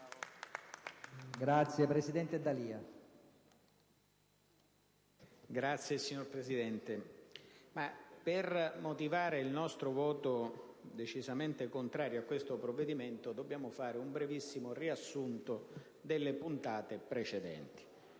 *(UDC-SVP-AUT:UV-MAIE-VN-MRE-PLI)*. Signor Presidente, per motivare il nostro voto decisamente contrario su questo provvedimento dobbiamo fare un brevissimo riassunto delle puntate precedenti.